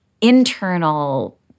internal